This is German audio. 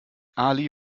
ali